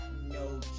no